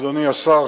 אדוני השר,